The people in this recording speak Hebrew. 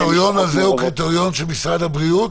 הקריטריון הזה הוא קריטריון של משרד הבריאות?